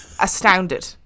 astounded